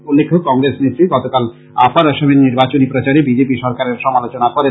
উল্লেখ্য কংগ্রেস নেত় গতকাল আপার আসামের নির্বাচনী প্রচারে বিজেপি সরকারের সমালোচনা করেন